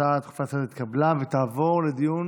ההצעה הדחופה לסדר-היום התקבלה ותעבור לדיון